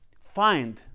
Find